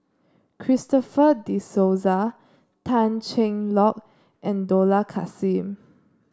Christopher De Souza Tan Cheng Lock and Dollah Kassim